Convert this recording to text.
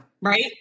Right